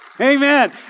Amen